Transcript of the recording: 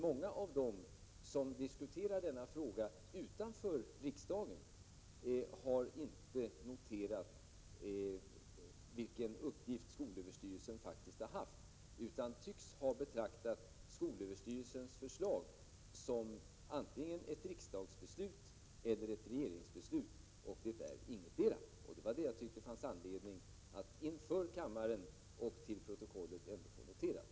Många av dem som diskuterar denna fråga utanför riksdagen har dock inte noterat vilken uppgift skolöverstyrelsen faktiskt har haft, utan tycks ha betraktat skolöverstyrelsens förslag som antingen ett riksdagsbeslut eller ett regeringsbeslut. Det är ingetdera. Det var det som jag tyckte att det fanns anledning att inför kammaren och till protokollet få noterat.